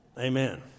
Amen